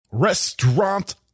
Restaurant